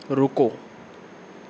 ਰੁਕੋ